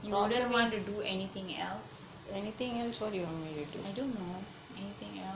you wouldn't want to do anything else I don't know anything else